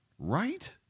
Right